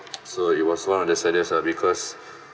so it was one of the saddest lah because